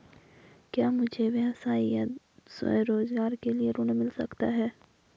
क्या मुझे व्यवसाय या स्वरोज़गार के लिए ऋण मिल सकता है?